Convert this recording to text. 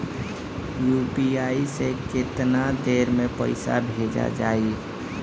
UPI से केतना देर मे पईसा भेजा जाई?